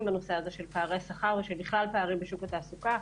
בנושא הזה של פערי שכר ובכלל פערים בשוק התעסוקה,